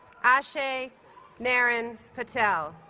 ashay naren patel